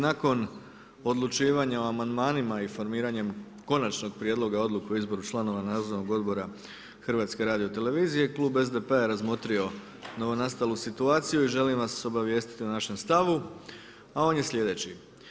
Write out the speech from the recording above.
Nakon odlučivanja o amandmanima i formiranjem konačnog prijedloga Odluke o izboru članova Nadzornog odbora Hrvatske radiotelevizije klub SDP-a je razmotrio novonastalu situaciju i želim vas obavijestiti o našem stavu, a on je sljedeći.